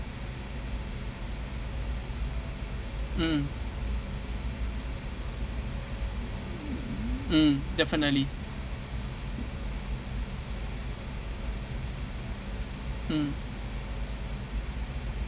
mmhmm mm definitely mm